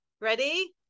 Ready